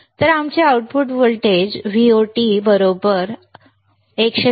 तर आमचे output voltage VoT 110